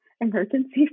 emergency